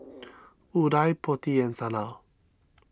Udai Potti and Sanal